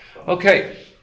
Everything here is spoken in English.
okay